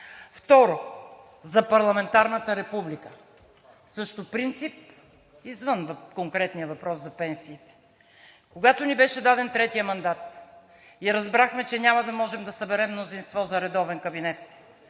Второ, за парламентарната република, също принцип извън конкретния въпрос за пенсиите. Когато ни беше даден третият мандат и разбрахме, че няма да можем да съберем мнозинство за редовен кабинет,